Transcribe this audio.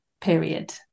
period